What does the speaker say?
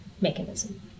mechanism